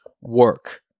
work